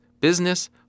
business